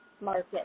market